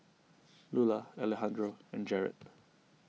Lular Alejandro and Jarrett